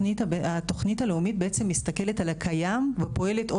התוכנית הלאומית בעצם מסתכלת על הקיים ופועלת או